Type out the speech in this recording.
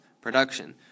production